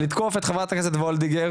לתקוף את חה"כ וולדיגר,